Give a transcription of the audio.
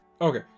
Okay